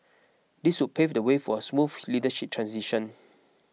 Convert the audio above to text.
this would pave the way for a smooth leadership transition